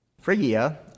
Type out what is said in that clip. Phrygia